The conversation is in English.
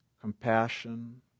compassion